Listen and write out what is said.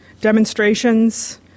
Demonstrations